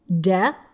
death